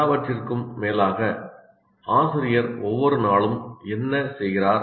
எல்லாவற்றிற்கும் மேலாக ஆசிரியர் ஒவ்வொரு நாளும் என்ன செய்கிறார்